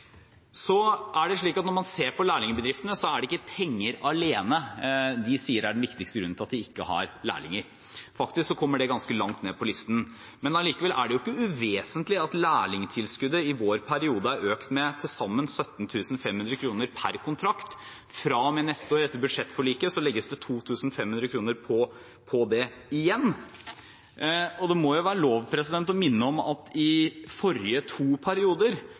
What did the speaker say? Så er det slik at når man ser på lærlingbedriftene, er det ikke penger alene de sier er den viktigste grunnen til at de ikke har lærlinger. Faktisk kommer det ganske langt ned på listen. Likevel er det ikke uvesentlig at lærlingtilskuddet i vår periode er økt med til sammen 17 500 kr per kontrakt. Fra og med neste år – etter budsjettforliket – legges det 2 500 kr på det igjen. Det må være lov å minne om at i de forrige to